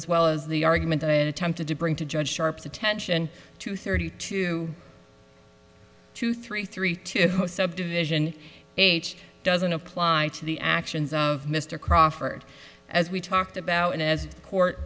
as well as the argument that an attempted to bring to judge sharp attention to thirty two two three three two subdivision age doesn't apply to the actions of mr crawford as we talked about and as a court